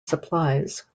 supplies